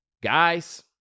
Guys